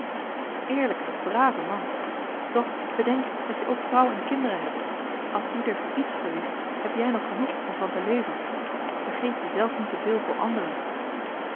eerlijke brave man doch bedenk dat je ook vrouw en kinderen hebt als ieder iets verliest heb jij nog genoeg om van te leven vergeet je zelf niet te veel voor anderen